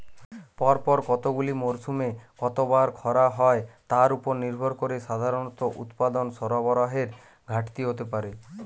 পরপর কতগুলি মরসুমে কতবার খরা হয় তার উপর নির্ভর করে সাধারণত উৎপাদন সরবরাহের ঘাটতি হতে পারে